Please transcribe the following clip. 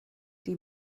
die